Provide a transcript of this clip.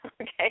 Okay